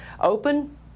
open